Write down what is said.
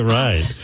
right